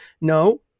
No